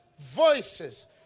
voices